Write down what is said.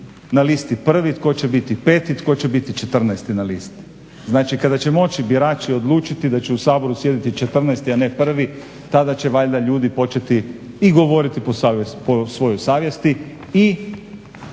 na listi 1., tko će biti 5., tko će biti 14.-ti na listi, znači kada će moći birači odlučiti da će u Saboru sjediti 14.-ti, a ne 1. tada će valjda ljudi početi i govoriti po svojoj savjesti i